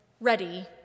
ready